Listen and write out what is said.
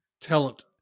talent